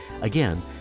Again